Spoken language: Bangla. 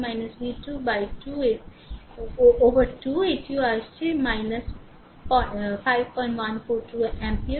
এবং i3 v3 v2 উপর 2 এটিও আসছে 5142 অ্যাম্পিয়ার